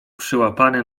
przyłapany